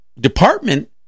department